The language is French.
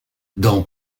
dans